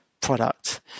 product